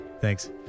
Thanks